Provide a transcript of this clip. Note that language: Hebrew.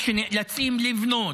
כשנאלצים לבנות,